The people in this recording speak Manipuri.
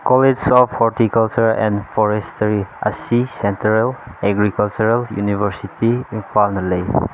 college of horticulture and forestry ꯑꯁꯤ ꯁꯦꯟꯇ꯭ꯔꯦꯜ ꯑꯦꯒ꯭ꯔꯤꯀꯜꯆꯔꯦꯜ ꯌꯨꯅꯤꯕꯔꯁꯤꯇꯤ ꯏꯟꯐꯥꯜꯅ ꯂꯩ